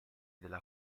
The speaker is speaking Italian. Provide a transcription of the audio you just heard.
della